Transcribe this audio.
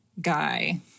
guy